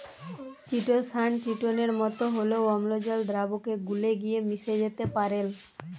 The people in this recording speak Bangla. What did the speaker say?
চিটোসান চিটোনের মতো হলেও অম্লজল দ্রাবকে গুলে গিয়ে মিশে যেতে পারেল